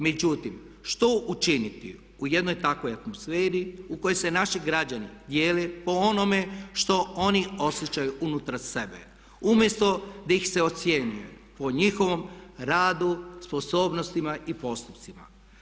Međutim, što učiniti u jednoj takvoj atmosferi u kojoj se naši građani dijele po onome što oni osjećaju unutar sebe umjesto da se ih ocjenjuje po njihovom radu, sposobnostima i postupcima.